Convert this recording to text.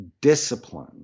discipline